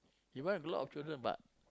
he want a lot of children but